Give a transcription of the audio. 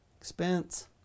expense